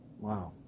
Wow